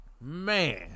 Man